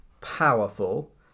powerful